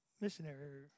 missionary